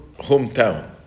hometown